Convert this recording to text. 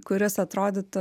kuris atrodytų